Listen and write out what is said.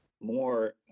more